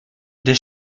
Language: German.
der